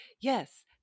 yes